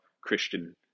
Christian